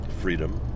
Freedom